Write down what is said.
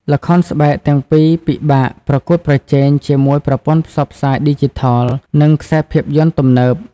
ល្ខោនស្បែកទាំងពីរពិបាក ប្រកួតប្រជែង ជាមួយប្រព័ន្ធផ្សព្វផ្សាយឌីជីថល និងខ្សែភាពយន្តទំនើប។